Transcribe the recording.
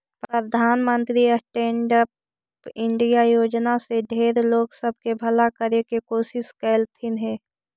प्रधानमंत्री stand up India योजना से ढेर लोग सब के भला करे के कोशिश कयलथिन हे